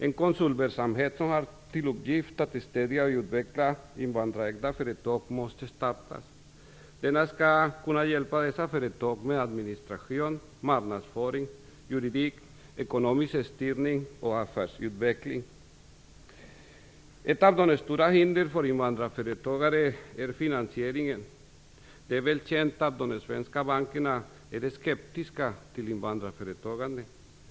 En konsultverksamhet som har till uppgift att stödja och utveckla invandrarägda företag måste startas. Denna skall kunna hjälpa dessa företag med administration, marknadsföring, juridik, ekonomisk styrning och affärsutveckling. Ett av de stora hindren för invandrarföretagare är finansieringen. Det är väl känt att de svenska bankerna är skeptiska till invandrarföretagande.